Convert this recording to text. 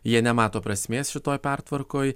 jie nemato prasmės šitoj pertvarkoj